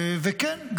וכן,